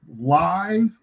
live